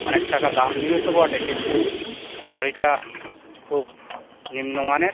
অনেক টাকা দাম নিয়েছো বটে কিন্তু শাড়িটা খুব নিম্ন মানের